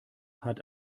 hat